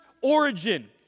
origin